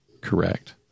correct